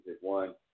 One